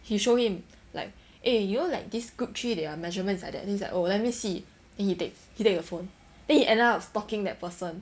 she showed him like eh you know like this group three their measurement is like that then it's like oh let me see then he take he take the phone then he ended up stalking that person